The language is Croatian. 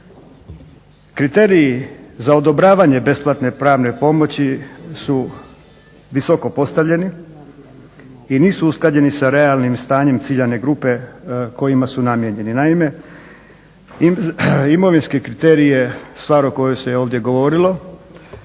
Kriteriji za odobravanje besplatne pravne pomoći su visoko postavljeni i nisu usklađeni sa realnim stanjem ciljane grupe kojima su namijenjeni. Naime, imovinski kriterij je stvar o kojoj se ovdje govorilo.